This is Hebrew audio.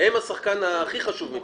הם השחקן הכי חשוב מבחינתי,